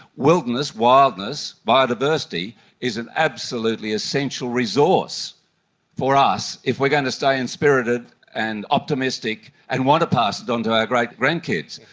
wilderness, wildness, biodiversity is an absolutely essential resource for us if we are going to stay inspirited and optimistic and want to pass it onto our great grandkids.